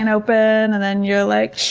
and open and then you're like.